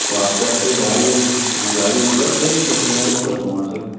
तो आपके पास कोई गाड़ी हाँ गाड़ी उपलब्ध है जो दस लोगों को सर घुमा सके